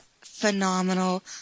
phenomenal